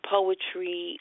Poetry